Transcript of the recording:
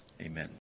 Amen